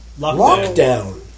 Lockdown